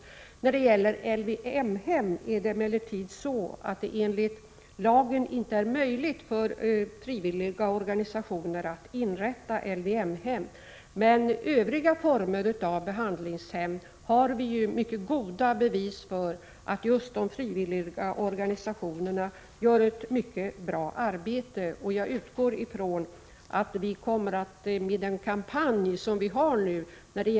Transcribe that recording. Jändväsärldpineer äv När det gäller LYM-hem är det emellertid så, att det enligt lagen inte är ; P é É sjukdomen aids möjligt för frivilliga organisationer att inrätta LVM-hem. Men när det gäller övriga former av behandlingshem har vi ju mycket goda bevis för att just de frivilliga organisationerna gör ett mycket bra arbete. Jag utgår från att vi genom den kampanj som vi nu bedriver.